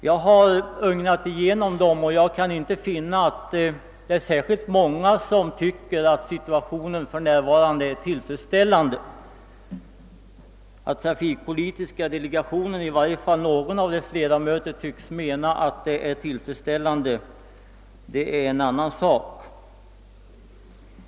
Jag har ögnat igenom dem, och jag kan inte finna att det är särskilt många som tycker att situationen för närvarande är tillfredsställande. Att trafikpolitiska delegationen eller i varje fall någon av dess ledamöter tycks mena att läget är tillfredsställande, är en annan sak.